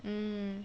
mm